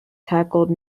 tackled